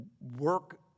work